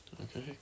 Okay